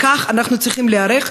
לכך אנחנו צריכים להיערך,